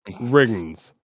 Rings